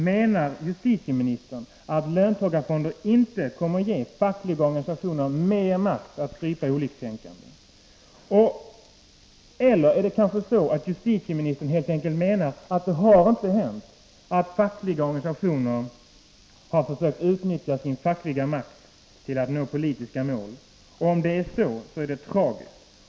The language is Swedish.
Menar justitieministern att löntagarfonder inte kommer att ge fackliga organisationer mer makt att strypa oliktänkandes meningsyttringar? Eller är det kanske så att justitieministern helt enkelt anser att det inte har hänt att fackliga organisationer har försökt utnyttja sin fackliga makt till att nå politiska mål? Om det är så är det tragiskt.